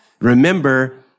Remember